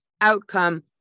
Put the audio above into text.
outcome